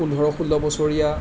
পোন্ধৰ ষোল্ল বছৰীয়া